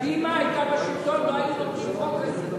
כשקדימה היתה בשלטון לא היו נותנים חוק כזה.